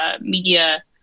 media